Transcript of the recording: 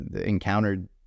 encountered